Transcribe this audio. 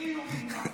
בלי איומים, הבטחות.